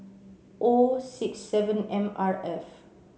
O six seven M R F